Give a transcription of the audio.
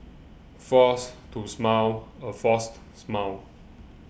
force to smile a forced smile